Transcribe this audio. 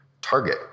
target